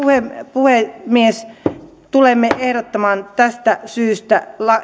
puhemies tulemme ehdottamaan tästä syystä